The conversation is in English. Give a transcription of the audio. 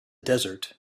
desert